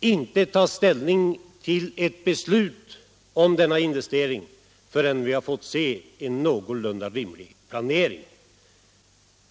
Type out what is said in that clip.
inte ta ställning till ett beslut om denna investering förrän vi har fått se väl underbyggda planer.